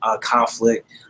conflict